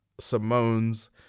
Simone's